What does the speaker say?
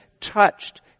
touched